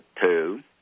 two